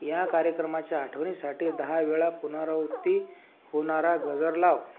या कार्यक्रमाच्या आठवणीसाठी दहा वेळा पुनरावृत्ती होणारा गजर लाव